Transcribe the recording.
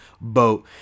boat